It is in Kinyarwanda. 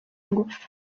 ingufu